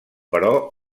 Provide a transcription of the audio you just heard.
però